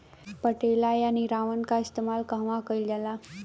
पटेला या निरावन का इस्तेमाल कहवा कइल जाला?